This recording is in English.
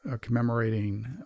commemorating